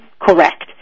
correct